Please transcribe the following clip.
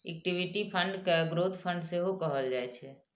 equity fund कें growth fund सेहो कहल जाइ छै